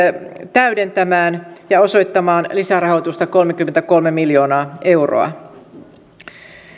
täydentämään ja osoittamaan lisärahoitusta kolmekymmentäkolme miljoonaa euroa valiokunta hyväksyy